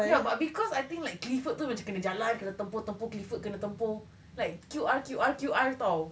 ya but because I think like clifford tu macam kena jalan kena tempuh tempuh clifford kena tempuh like Q_R Q_R [tau]